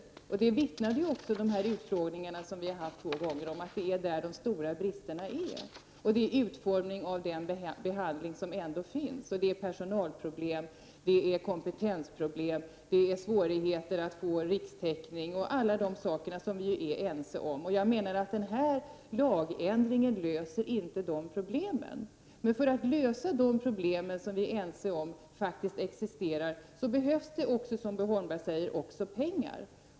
Om det vittnade också de utfrågningar som vi har haft två gånger. Det är där de stora bristerna är. Det gäller utformningen av den behandling som ändå finns, det gäller personalproblem, kompetensproblem, svårigheter att få rikstäckning och alla de saker som vi är ense om. Jag menar att den här lagändringen inte löser de problemen. För att lösa de problem som vi är ense om faktiskt existerar behövs det också, som Bo Holmberg säger, pengar.